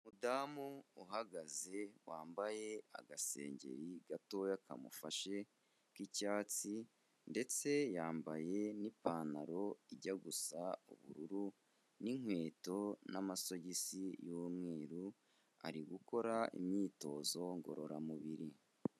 Umudamu uhagaze wambaye agasengeri gatoya kamufashe k'icyatsi ndetse yambaye n'ipantaro ijya gusa ubururu n'inkweto n'amasogisi y'umweru, ari gukora imyitozo ngororamubiri.